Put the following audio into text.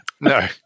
No